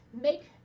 make